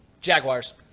Jaguars